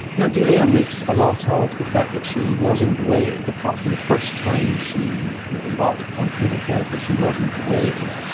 you know delia makes a lot ah of the fact that she wasn't weighed, apart from the first time she embarked upon chemotherapy, she wasn't weighed,